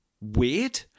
weird